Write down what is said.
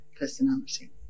personality